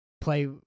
play